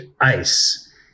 ice